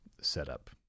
setup